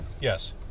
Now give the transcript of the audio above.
Yes